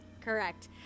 Correct